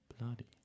bloody